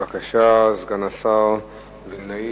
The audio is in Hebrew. בבקשה, סגן השר מתן וילנאי.